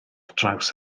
draws